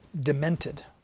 demented